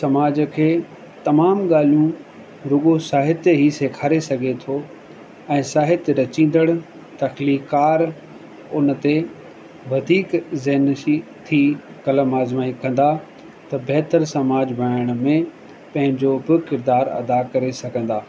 समाज खे तमामु ॻाल्हियूं रुॻो साहित्य ई सेखारे सघे थो ऐं साहित्य रचींदड़ु तकलीकारु उनते वधीक जेनशी थी क़लम आजमाई कंदा त बहितर समाज बणाइण में पंहिंजो बि किरदारु अदा करे सघंदा